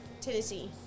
Tennessee